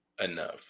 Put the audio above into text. enough